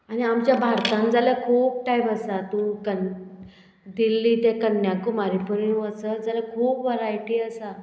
आनी आमच्या भारतान जाल्या खूब टायम आसा तूं कन दिल्ली ते कन्याकुमारी पुरेन वचत जाल्यार खूब वरायटी आसा